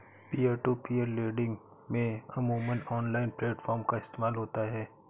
peer to peer lending में अमूमन online platform का इस्तेमाल होता है